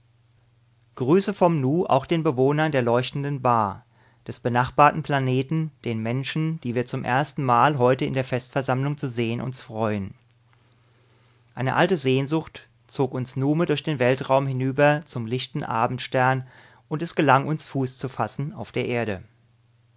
grüße vom nu auch den bewohnern der leuchtenden ba des benachbarten planeten den menschen die wir zum ersten mal heute in der festversammlung zu sehen uns freuen eine alte sehnsucht zog uns nume durch den weltraum hinüber zum lichten abendstern und es gelang uns fuß zu fassen auf der erde